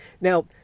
Now